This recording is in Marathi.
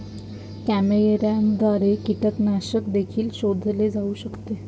कॅमेऱ्याद्वारे कीटकनाशक देखील शोधले जाऊ शकते